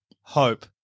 hope